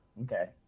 Okay